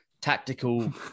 tactical